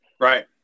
Right